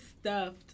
stuffed